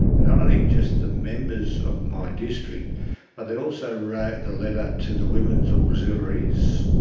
and not only just the members of my district but they also wrote the letter to the women's auxiliaries,